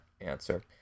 answer